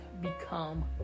become